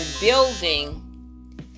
building